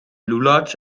lulatsch